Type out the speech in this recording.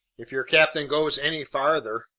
if your captain goes any farther.